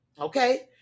Okay